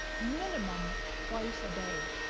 minimum twice a day.